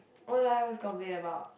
what do I always complain about